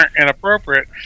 inappropriate